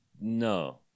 No